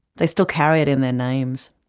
they still carry it in their names.